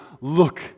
look